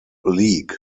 league